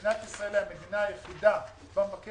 מדינת ישראל היא המדינה היחידה בה מבקר